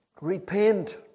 Repent